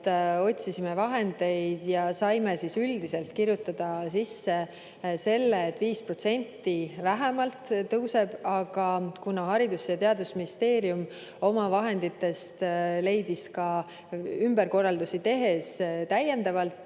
otsisime vahendeid ja saime üldiselt kirjutada sisse selle, et 5% vähemalt see palk tõuseb, aga kuna Haridus- ja Teadusministeerium oma vahenditest leidis ümberkorraldusi tehes täiendavalt